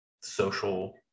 social